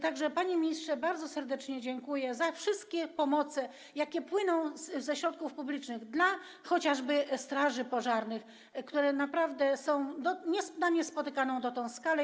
Tak że, panie ministrze, bardzo serdecznie dziękuję za wszystkie pomoce, jakie płyną ze środków publicznych chociażby dla straży pożarnych, które naprawdę są na niespotykaną dotąd skalę.